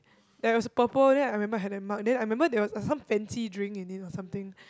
ya it was a purple then I remember I had that mug then I remember there was a some fancy drink in it or something